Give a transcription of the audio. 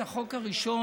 החוק הראשון,